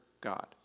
God